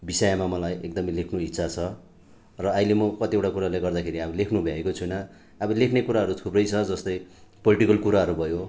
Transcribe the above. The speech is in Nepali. विषयामा मलाई एक्दमै लेख्नु इच्छा छ र अहिले म कतिवटा कुराले गर्दाखेरि अब लेख्नु भ्याएको छुइनँ अब लेख्ने कुराहरू थुप्रै छ जस्तै पोलिटिकल कुराहरू भयो